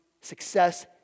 success